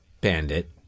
Bandit